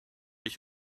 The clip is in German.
ich